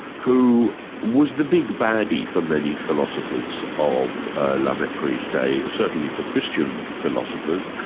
who was the big baddie for many philosophers of la mettrie's day, certainly for christian philosophers.